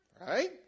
Right